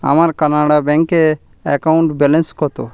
আমার কানাড়া ব্যাঙ্কে account balance কত